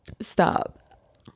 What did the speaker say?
Stop